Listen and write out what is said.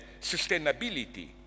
sustainability